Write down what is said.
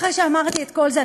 אחרי שאמרתי את כל זה,